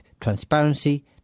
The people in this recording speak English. transparency